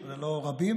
אמרתי: